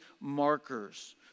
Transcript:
markers